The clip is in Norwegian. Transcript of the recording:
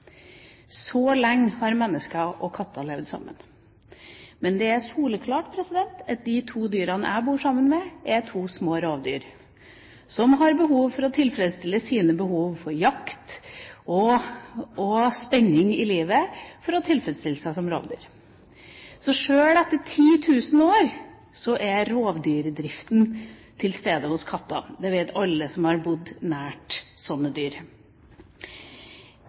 Så lenge har mennesker og katter levd sammen. Men det er soleklart at de to dyrene jeg bor sammen med, er to små rovdyr som har behov for å tilfredsstille sine behov for jakt og spenning i livet, for å tilfredsstille seg som rovdyr. Så sjøl etter 10 000 år er rovdyrdriften til stede hos katter – det vet alle som har bodd nær slike dyr.